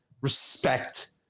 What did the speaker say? Respect